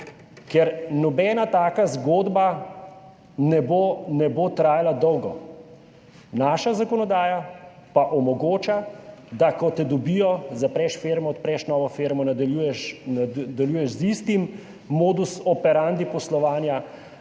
ker nobena taka zgodba ne bo trajala dolgo. Naša zakonodaja pa omogoča, da ko te dobijo, zapreš firmo, odpreš novo firmo, nadaljuješ z istim modusom operandi poslovanja.